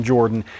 Jordan